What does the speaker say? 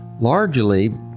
largely